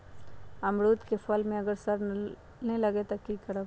अमरुद क फल म अगर सरने लगे तब की करब?